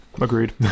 agreed